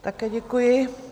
Také děkuji.